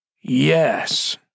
Yes